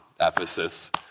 Ephesus